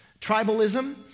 Tribalism